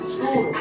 School